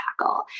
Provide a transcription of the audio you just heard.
tackle